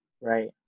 right